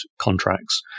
contracts